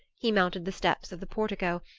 he mounted the steps of the portico,